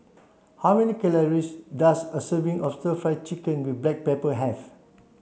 how many calories does a serving of stir fry chicken with black pepper have